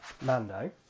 Mando